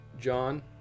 john